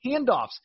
handoffs